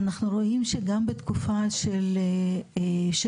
אנחנו רואים שגם בתקופה של 2016-2019